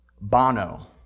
Bono